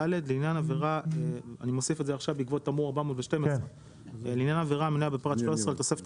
(ד) לעניין עבירה המנויה בפרט 13 לתוספת